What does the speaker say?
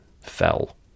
fell